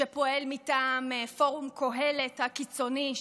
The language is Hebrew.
שפועל מטעם פורום קהלת הקיצוני,